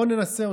בוא ננסה אתכם,